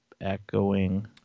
echoing